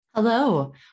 Hello